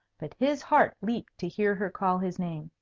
but his heart leaped to hear her call his name.